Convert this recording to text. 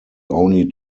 only